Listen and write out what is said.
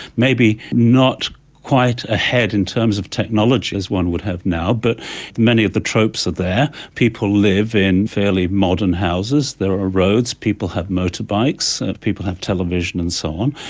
maybe not quite ahead in terms of technology as one would have now, but many of the tropes are there people live in fairly modern houses, there are roads, people have motorbikes, people have television and so on.